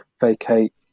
vacate